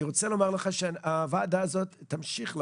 אני רוצה לומר לך שהוועדה תמשיך לעקוב.